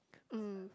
mm